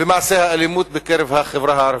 ומעשי האלימות בקרב החברה הערבית,